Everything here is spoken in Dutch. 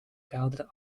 kelder